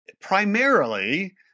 primarily